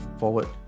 forward